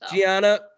Gianna